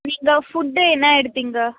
நீங்கள் ஃபுட்டு என்ன எடுத்தீங்க